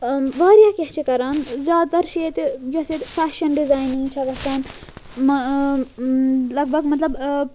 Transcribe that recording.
واریاہ کیٚنہہ چھِ کَران زیادٕ تَر چھِ ییٚتہِ یۄس ییٚتہِ فیشَن ڈِزاینِنٛگ چھےٚ گژھان لگ بگ مطلب